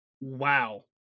Wow